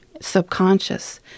subconscious